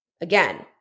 Again